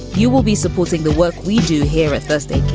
you will be supporting the work we do here thursday.